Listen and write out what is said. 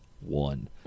one